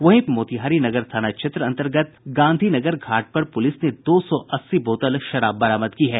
वहीं मोतिहारी नगर थाना क्षेत्र अंतर्गत गांधी नगर घाट पर पुलिस ने दो सौ अस्सी बोतल शराब बरामद की है